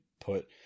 put